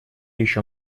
еще